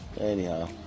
Anyhow